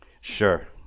sure